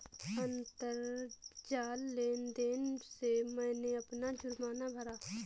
अंतरजाल लेन देन से मैंने अपना जुर्माना भरा